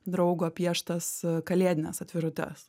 draugo pieštas kalėdines atvirutes